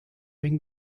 bring